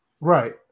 Right